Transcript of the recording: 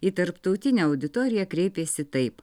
į tarptautinę auditoriją kreipėsi taip